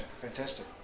fantastic